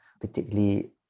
particularly